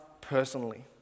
personally